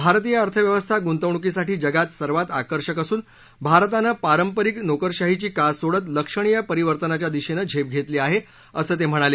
भारतीय अर्थव्यवस्था ग्ंतवणूकीसाठी जगात सर्वात आकर्षक असून भारतानं पारंपारिक नोकरशाहीची कास सोडत लक्षणीय परिवर्तनाच्या दिशेनं झेप घेतली आहे असं ते म्हणाले